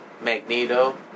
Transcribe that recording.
Magneto